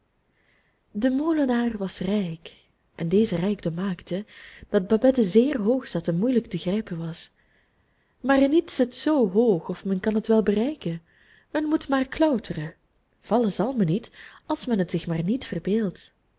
de molenaar was rijk en deze rijkdom maakte dat babette zeer hoog zat en moeilijk te grijpen was maar niets zit zoo hoog of men kan het wel bereiken men moet maar klauteren vallen zal men niet als men het zich maar niet verbeeldt